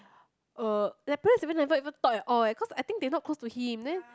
uh that place never even thought at all eh cause I think they not close to him then